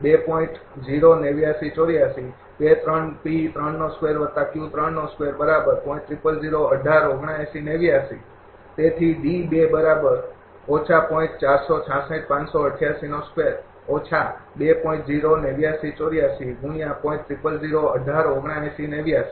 તેથી તેથી તેથી તે ૦